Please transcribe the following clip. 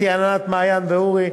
אתי, ענת, מעיין ואורי.